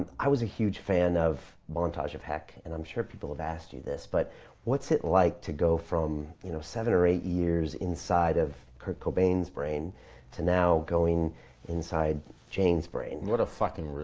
i was a huge fan of montage of heck and i'm sure people have asked you this but what's it like to go from you know seven or eight years inside of kurt cobain's brain to now going inside jane's brain? what a fucking,